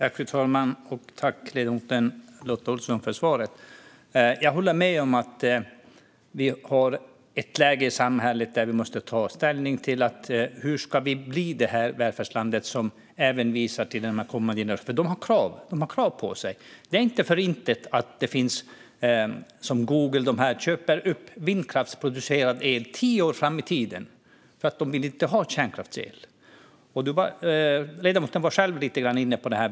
Fru talman! Tack, ledamoten Lotta Olsson, för svaret! Jag håller med om att vi är i ett läge i samhället där vi måste ta ställning. Hur ska vi bli det här välfärdslandet även för kommande generationer? Man har krav på sig. Det är inte för inte som Google till exempel köper upp vindkraftsproducerad el tio år fram i tiden. De vill nämligen inte ha kärnkraftsel. Ledamoten var själv inne lite grann på detta.